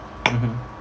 mmhmm